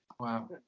Wow